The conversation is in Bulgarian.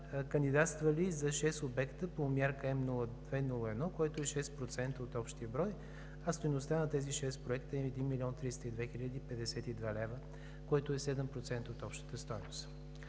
кандидатствали за шест обекта по Мярка М02-01, което е 6% от общия брой. Стойността на тези шест проекта е 1 млн. 302 хил. 052 лв., което е 7% от общата стойност.